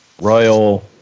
royal